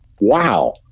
wow